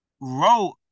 wrote